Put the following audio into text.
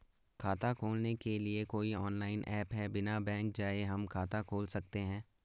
खाता खोलने के लिए कोई ऑनलाइन ऐप है बिना बैंक जाये हम खाता खोल सकते हैं?